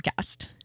podcast